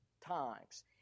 times